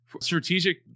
strategic